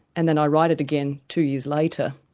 and then i write it again two years later?